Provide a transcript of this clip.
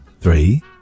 Three